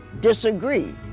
disagree